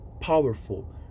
powerful